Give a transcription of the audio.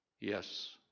Yes